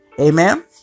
Amen